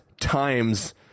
times